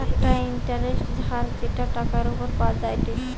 একটা ইন্টারেস্টের হার যেটা টাকার উপর পাওয়া যায়টে